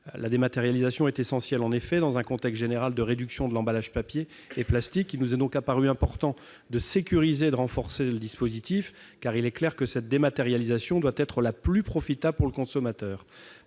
La dématérialisation est essentielle dans un contexte général de réduction des emballages papier et plastique. C'est pourquoi il nous a paru important de sécuriser et de renforcer le dispositif, car il est clair que cette dématérialisation doit être la plus profitable pour le consommateur.